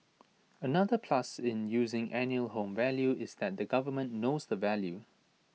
another plus in using annual home value is that the government knows the value